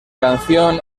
canción